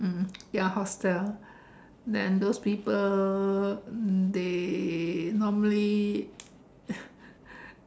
mm ya hostel then those people they normally